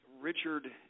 Richard